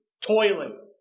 toiling